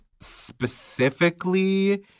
specifically